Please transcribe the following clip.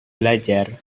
belajar